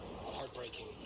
heartbreaking